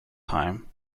time